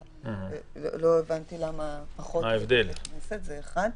מנגנון לוויסות כניסת האנשים למקום,